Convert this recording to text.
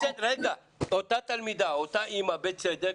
אותה תלמידה, אותה אמא, בצדק,